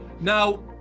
Now